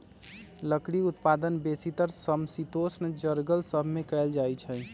लकड़ी उत्पादन बेसीतर समशीतोष्ण जङगल सभ से कएल जाइ छइ